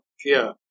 fear